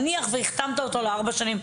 נניח והחתמת אותו לארבע שנים,